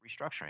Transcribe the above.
restructuring